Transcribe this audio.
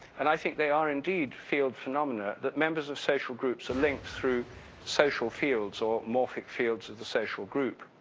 and i think they are indeed field phenomena, that members of social groups are linked through social fields or morphic fields of the social group.